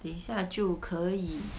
等一下就可以